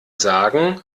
sagen